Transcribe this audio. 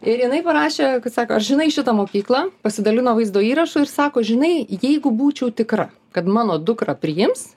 ir jinai parašė kad sako ar žinai šitą mokyklą pasidalino vaizdo įrašu ir sako žinai jeigu būčiau tikra kad mano dukrą priims